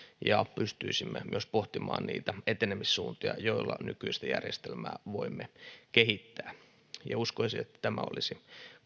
ja pystyisimme myös pohtimaan niitä etenemissuuntia joilla nykyistä järjestelmää voimme kehittää uskoisin että tämä olisi